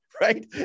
right